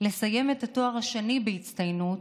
ולסיים את התואר השני בהצטיינות,